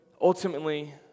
ultimately